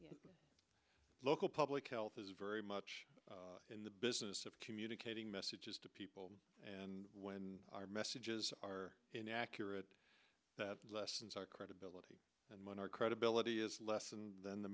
one local public health is very much in the business of communicating messages to people and when our messages are inaccurate that lessens our credibility and when our credibility is less and th